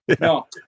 No